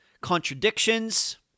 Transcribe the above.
contradictions